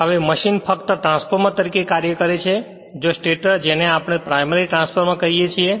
હવે મશીન ફક્ત ટ્રાન્સફોર્મર તરીકે કાર્ય કરે છે જ્યાં સ્ટેટર જેને આપણે પ્રાઈમરી ટ્રાન્સફોર્મર કહીએ છીએ